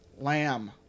Lamb